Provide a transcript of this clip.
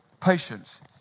patience